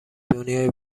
دنیای